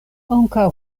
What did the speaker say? ankaŭ